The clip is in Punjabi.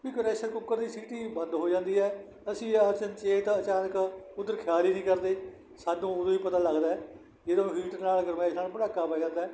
ਵੀ ਪ੍ਰੈਸ਼ਰ ਕੁੱਕਰ ਦੀ ਸੀਟੀ ਬੰਦ ਹੋ ਜਾਂਦੀ ਹੈ ਅਸੀਂ ਅਚਨਚੇਤ ਅਚਾਨਕ ਉਧਰ ਖਿਆਲ ਹੀ ਨਹੀਂ ਕਰਦੇ ਸਾਨੂੰ ਉਦੋਂ ਹੀ ਪਤਾ ਲੱਗਦਾ ਹੈ ਜਦੋਂ ਹੀਟ ਨਾਲ ਗਰਮੈਸ਼ ਨਾਲ ਭੜਾਕਾ ਪੈ ਜਾਂਦਾ ਹੈ